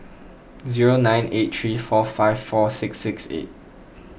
zero nine eight three four five four six six eight